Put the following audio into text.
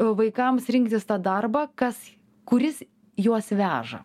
vaikams rinktis tą darbą kas kuris juos veža